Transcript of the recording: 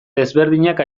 desberdinak